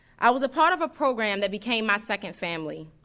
i was a part of a program that became my second family.